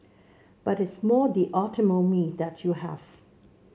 but it's more the autonomy that you have